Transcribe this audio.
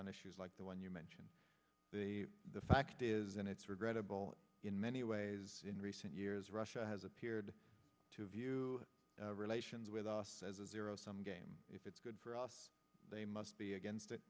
on issues like the one you mentioned the the fact is and it's regrettable in many ways in recent years russia has appeared to view relations with us as a zero sum game if it's good for us they must be against it